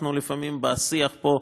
אנחנו לפעמים בשיח פה,